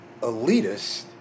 elitist